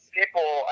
people